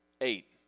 Eight